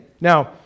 Now